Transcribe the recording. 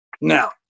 Now